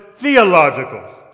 Theological